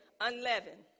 unleavened